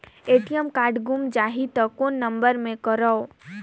ATM card गुम जाही त कौन नम्बर मे करव?